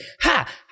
Ha